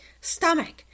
Stomach